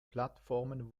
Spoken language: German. plattformen